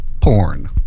porn